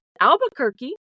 Albuquerque